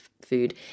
food